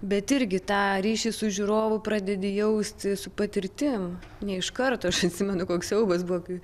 bet irgi tą ryšį su žiūrovu pradedi jausti su patirtim ne iš karto aš atsimenu koks siaubas buvo kai